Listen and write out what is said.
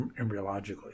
embryologically